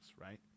right